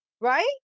Right